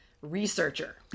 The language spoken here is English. researcher